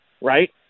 right